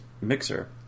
mixer